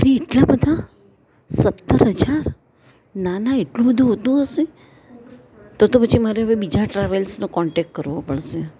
અરે એટલાં બધાં સત્તર હજાર ના ના એટલું બધુ હોતું હશે તો તો પછી મારે હવે બીજા ટ્રાઈવેલ્સનો કોન્ટેક્ટ કરવો પડશે